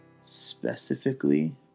specifically